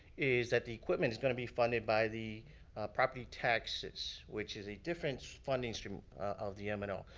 is that the equipment is gonna be funded by the property taxes. which is a different funding stream of the m and o.